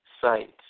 site